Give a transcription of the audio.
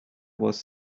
was